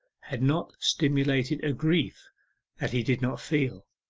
had not simulated a grief that he did not feel.